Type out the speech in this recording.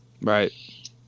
right